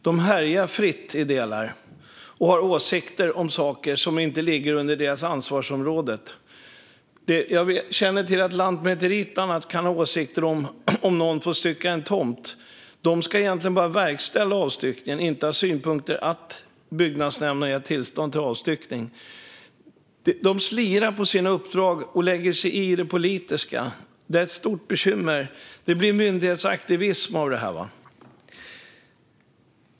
De härjar fritt i olika delar och har åsikter om saker som inte ligger under deras ansvarsområden. Jag känner till att bland annat Lantmäteriet kan ha åsikter om ifall någon ska få stycka en tomt. Lantmäteriet ska egentligen bara verkställa avstyckningen, inte ha synpunkter på att byggnadsnämnden har gett tillstånd till avstyckning. De slirar på sina uppdrag och lägger sig i det politiska. Det är ett stort bekymmer. Det blir myndighetsaktivism av detta.